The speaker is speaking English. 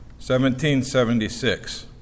1776